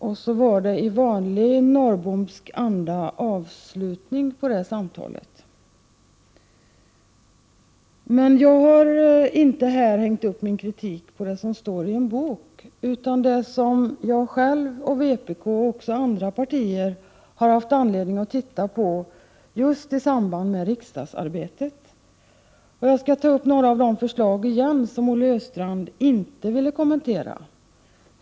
Därmed var det samtalet avslutat i vanlig Norrbomsk anda. Jag har inte här hängt upp min kritik på det som står i en bok utan på sådant som jag själv, vpk och även andra partier har haft anledning att titta på i samband med riksdagsarbetet. Jag skall igen ta upp några av de förslag som Olle Östrand inte ville kommentera.